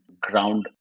ground